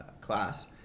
class